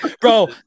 Bro